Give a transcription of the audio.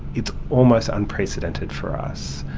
it's almost unprecedented for us,